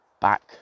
back